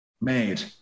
made